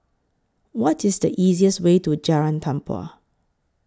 What IS The easiest Way to Jalan Tempua